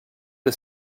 the